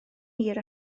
hir